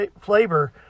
flavor